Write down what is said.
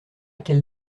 quelle